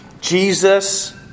Jesus